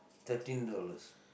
thirteen dollars